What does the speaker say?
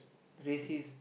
racist